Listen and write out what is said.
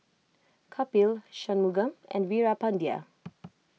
Kapil Shunmugam and Veerapandiya